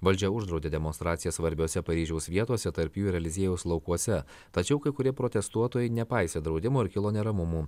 valdžia uždraudė demonstraciją svarbiose paryžiaus vietose tarp jų ir eliziejaus laukuose tačiau kai kurie protestuotojai nepaisė draudimo ir kilo neramumų